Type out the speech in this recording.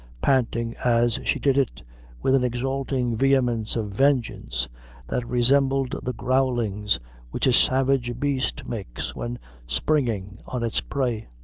panting as she did it with an exulting vehemence of vengeance that resembled the growlings which a savage beast makes when springing on its prey.